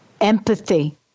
Empathy